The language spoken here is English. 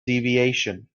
deviation